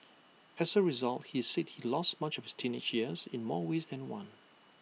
as A result he said he lost much of teenage years in more ways than one